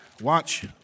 Watch